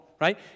right